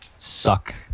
suck